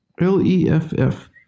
L-E-F-F